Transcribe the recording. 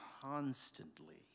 constantly